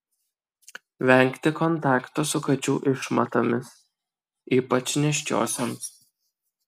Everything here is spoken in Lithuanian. vengti kontakto su kačių išmatomis ypač nėščiosioms